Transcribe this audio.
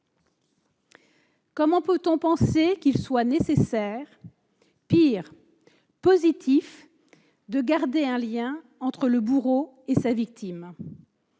Comment peut-on penser qu'il soit nécessaire et même positif de garder un lien entre le bourreau et sa victime ?